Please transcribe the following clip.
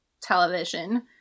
television